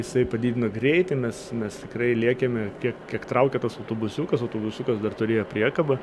jisai padidino greitį mes mes tikrai lėkėme kiek kiek traukia tas autobusiukas autobusiukas dar turėjo priekabą